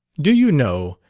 do you know,